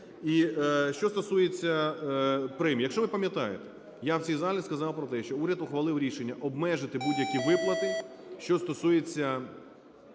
І що стосується премій. Якщо ви пам'ятаєте, я в цій залі сказав про те, що уряд ухвалив рішення обмежити будь-які виплати, що стосуються